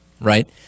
right